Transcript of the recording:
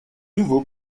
nouveau